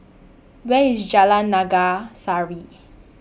Where IS Jalan Naga Sari